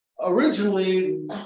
Originally